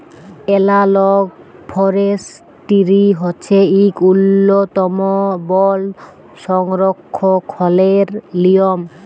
এলালগ forestry হছে ইক উল্ল্যতম বল সংরখ্খলের লিয়ম